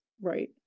Right